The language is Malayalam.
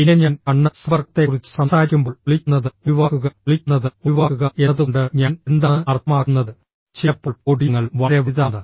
പിന്നെ ഞാൻ കണ്ണ് സമ്പർക്കത്തെക്കുറിച്ച് സംസാരിക്കുമ്പോൾ ഒളിക്കുന്നത് ഒഴിവാക്കുക ഒളിക്കുന്നത് ഒഴിവാക്കുക എന്നതുകൊണ്ട് ഞാൻ എന്താണ് അർത്ഥമാക്കുന്നത് ചിലപ്പോൾ പോഡിയങ്ങൾ വളരെ വലുതാണ്